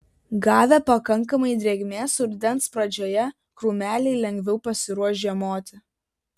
gavę pakankamai drėgmės rudens pradžioje krūmeliai lengviau pasiruoš žiemoti